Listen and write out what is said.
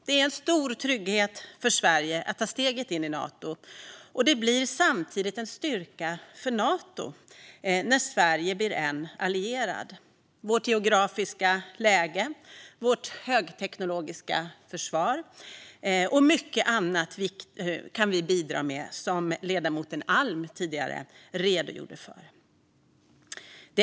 Det är en stor trygghet för Sverige att ta steget in i Nato, och det blir samtidigt en styrka för Nato när Sverige blir en allierad. Vi kan bidra med vårt geografiska läge, vårt högteknologiska försvar och mycket annat, som ledamoten Alm redogjorde för tidigare.